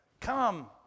come